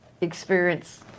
experience